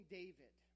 david